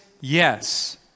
yes